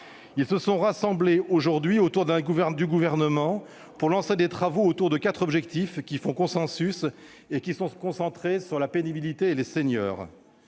se sont rassemblées aujourd'hui autour du Gouvernement pour lancer des travaux sur quatre objectifs qui font consensus, et qui sont centrés sur la pénibilité et les seniors.